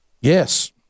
Yes